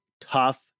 Tough